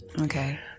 Okay